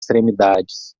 extremidades